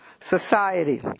society